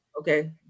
Okay